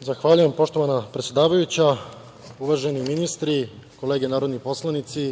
Zahvaljujem poštovana predsedavajuća. Uvaženi ministri, kolege narodni poslanici,